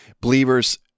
Believers